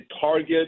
target